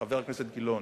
חבר הכנסת גילאון,